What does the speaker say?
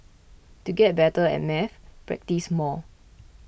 to get better at maths practise more